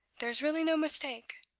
there is really no mistake?